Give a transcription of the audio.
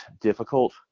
difficult